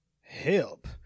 help